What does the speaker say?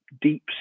deep